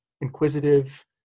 inquisitive